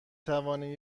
توانیم